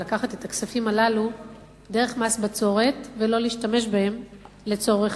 ולקחת את הכספים הללו דרך מס בצורת ולא להשתמש בהם לצורך